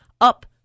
up